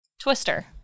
Twister